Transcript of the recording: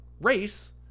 race